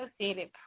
Associated